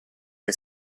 che